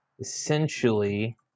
essentially